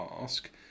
Ask